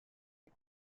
des